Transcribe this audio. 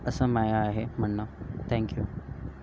असं माया आहे म्हणणं थँक्यू